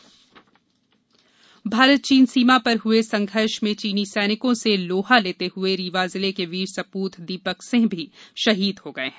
शहीद भारत चीन सीमा पर हुए संघर्ष में चीनी सैनिकों से लोहा लेते हुए रीवा जिले के वीर सप्रत दीपक सिंह भी शहीद हो गये हैं